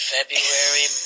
February